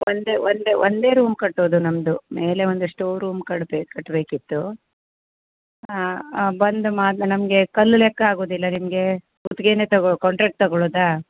ಒಂದು ಒಂದು ಒಂದೇ ರೂಮ್ ಕಟ್ಟೋದು ನಮ್ಮದು ಮೇಲೆ ಒಂದು ಸ್ಟೋರ್ ರೂಮ್ ಕಟ್ಬೇ ಕಟ್ಟಬೇಕಿತ್ತು ಬಂದು ಮಾದ್ ನಮಗೆ ಕಲ್ಲು ಲೆಕ್ಕ ಆಗೋದಿಲ್ಲ ನಿಮಗೆ ಗುತ್ತಿಗೆನೇ ತಗೋ ಕಾಂಟ್ರಾಕ್ಟ್ ತಗೊಳೋದಾ